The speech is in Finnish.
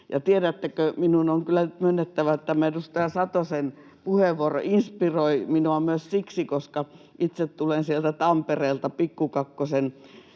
tiedättekö, minun on kyllä myönnettävä, että tämä edustaja Satosen puheenvuoro inspiroi minua myös siksi, että itse tulen sieltä Tampereelta, muun